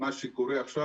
שמה שקורה עכשיו,